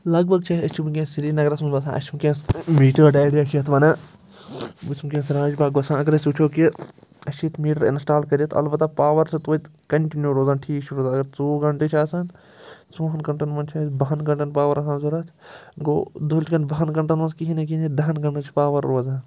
لگ بھگ چھِ أسۍ أسۍ چھِ وُنٛکیٚن سرینگرَس منٛز بسان اسہِ چھُ وُنٛکیٚس میٖٹٲرڈ ایٚرِیا چھِ یَتھ ونان بہٕ چھُس وُنٛکیٚس راج باغ بسان اگر أسۍ وُچھو کہِ اسہِ چھِ ییٚتہِ میٖٹر اِنسٹال کٔرِتھ البتہ پاور چھُ توتہِ کنٹِنوٗ روزان ٹھیٖک چھُ روزان اگر ژوٚوُہ گھنٹٔے چھِ آسان ژوٚوُہَن گھنٹَن منٛز چھُ اسہِ باہَن گھنٹَن پاوَر آسان ضروٗرت گوٚو دۄہلِکیٚن باہن گھنٹَن منٛز کِہیٖنۍ نٔے کِہیٖنۍ نٔے دَہن گھنٹَن چھُ پاوَر روزان